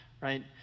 right